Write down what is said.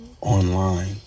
online